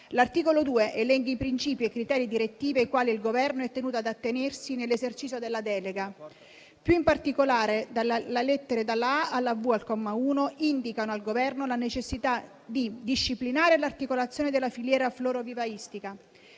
L'articolo 2 elenca i principi e i criteri direttivi ai quali il Governo è tenuto ad attenersi nell'esercizio della delega. Più in particolare, le lettere dalla *a)* alla *v)* del comma 1 indicano al Governo la necessità di disciplinare l'articolazione della filiera florovivaistica;